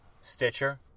Stitcher